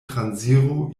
transiro